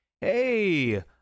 hey